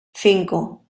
cinco